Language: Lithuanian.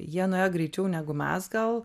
jie nuėjo greičiau negu mes gal